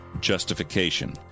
justification